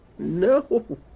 No